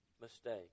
mistake